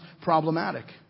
problematic